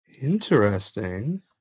Interesting